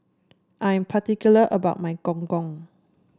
I am particular about my Gong Gong